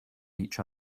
each